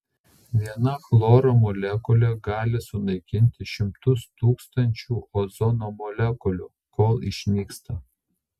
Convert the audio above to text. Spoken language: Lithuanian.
viena chloro molekulė gali sunaikinti šimtus tūkstančių ozono molekulių kol išnyksta